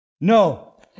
no